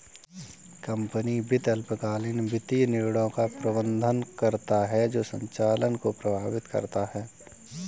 company वित्त अल्पकालिक वित्तीय निर्णयों का प्रबंधन करता है जो संचालन को प्रभावित करता है